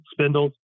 spindles